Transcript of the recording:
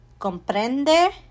Comprende